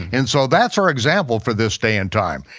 and so that's our example for this day and time.